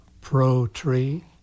pro-tree